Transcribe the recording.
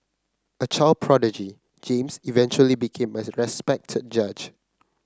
a child prodigy James eventually became a respected judge